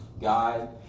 God